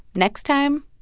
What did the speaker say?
next time,